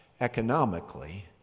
economically